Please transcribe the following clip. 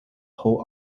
hold